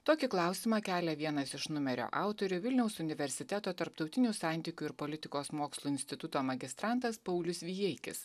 tokį klausimą kelia vienas iš numerio autorių vilniaus universiteto tarptautinių santykių ir politikos mokslų instituto magistrantas paulius vijeikis